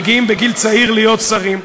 מגיעים בגיל צעיר להיות שרים.